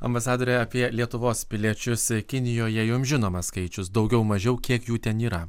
ambasadore apie lietuvos piliečius kinijoje jums žinomas skaičius daugiau mažiau kiek jų ten yra